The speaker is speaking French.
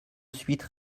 suite